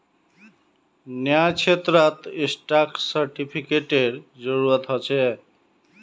न्यायक्षेत्रत स्टाक सेर्टिफ़िकेटेर जरूरत ह छे